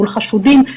מול חשודים,